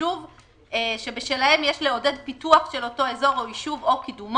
בישוב שבשלהם יש לעודד פיתוח של אותו אזור או ישוב או קידומו,